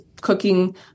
cooking